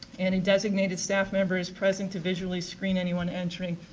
and a designated staff members present to visually screen anyone entering.